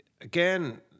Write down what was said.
again